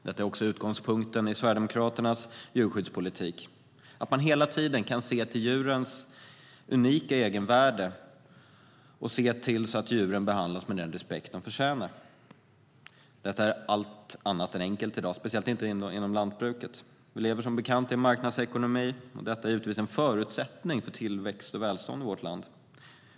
Det är också utgångspunkten i Sverigedemokraternas djurskyddspolitik - att man hela tiden kan se till djurens unika egenvärde och se till att djuren behandlas med den respekt de förtjänar. Detta är allt annat än enkelt i dag, speciellt inom lantbruket. Vi lever som bekant i en marknadsekonomi, och det är givetvis en förutsättning för tillväxt och välstånd i vårt land.